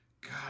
God